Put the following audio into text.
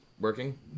Working